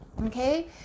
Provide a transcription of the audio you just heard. Okay